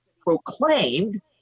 proclaimed